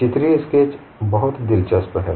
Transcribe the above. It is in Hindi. चित्रीय स्केच बहुत दिलचस्प है